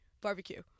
Barbecue